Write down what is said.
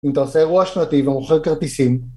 אם אתה עושה אירוע שנתי ומוכר כרטיסים